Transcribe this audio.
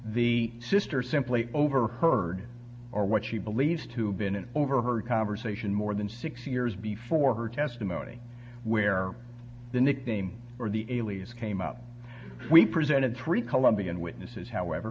the sister simply overheard or what she believed to have been an overheard conversation more than six years before her testimony where the nickname or the alias came up we presented three colombian witnesses however